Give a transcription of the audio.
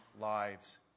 lives